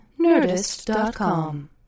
Nerdist.com